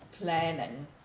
planning